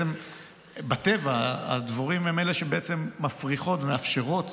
בטבע הדבורים הן אלה שבעצם מפריחות, מאפשרות